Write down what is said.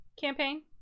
Campaign